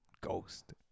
Ghost